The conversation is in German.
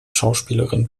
schauspielerin